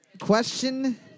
Question